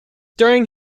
during